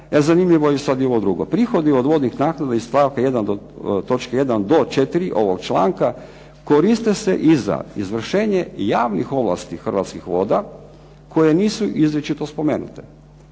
zanimljivo je sad i ovo drugo. Prihodi od vodnih naknada iz stavka 1. do, točke 1. do 4. ovog članka ovog članka koriste se i za izvršenje javnih ovlasti Hrvatskih voda koje nisu izričito spomenute.